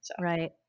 Right